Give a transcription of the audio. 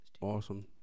awesome